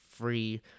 free